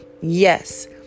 yes